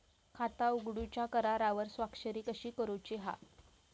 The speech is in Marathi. खाता उघडूच्या करारावर स्वाक्षरी कशी करूची हा?